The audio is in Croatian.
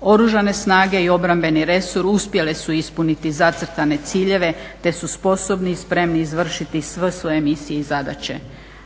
Oružana snage i obrambeni resor uspjele su ispuniti zacrtane ciljeve, te su sposobni i spremni izvršiti sve svoje misije i zadaće.